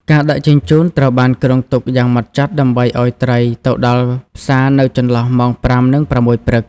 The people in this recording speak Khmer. ការដឹកជញ្ជូន ត្រូវបានគ្រោងទុកយ៉ាងម៉ត់ចត់ដើម្បីឱ្យត្រីទៅដល់ផ្សារនៅចន្លោះម៉ោង ៥ និង ៦ ព្រឹក។